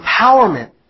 empowerment